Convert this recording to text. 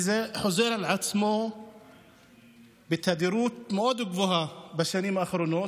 וזה חוזר על עצמו בתדירות גבוהה מאוד בשנים האחרונות